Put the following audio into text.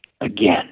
again